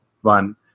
one